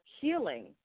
healing